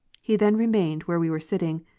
he then remained where we were sitting,